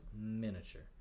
miniature